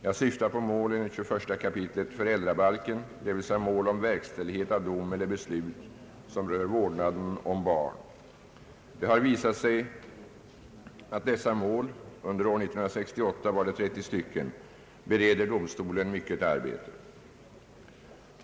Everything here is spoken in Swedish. Jag syftar på mål enligt 21 kap. föräldrabalken, dvs. mål om verkställighet av dom eller beslut som rör vårdnaden om barn. Det har visat sig att dessa mål — under år 1968 var det 30 stycken — bereder domstolen mycket arbete.